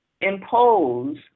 impose